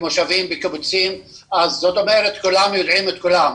בקיבוצים ובמושבים וכולם יודעים על כולם,